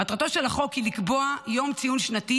מטרתו של החוק היא לקבוע ציון יום שנתי